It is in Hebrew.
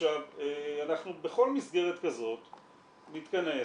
בכל מסגרת כזאת נתכנס,